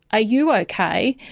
ah you okay?